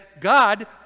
God